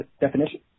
definition